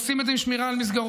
עושים את זה עם שמירה על מסגרות,